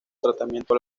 tratamiento